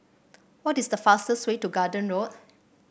what is the fastest way to Garden Road